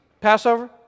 Passover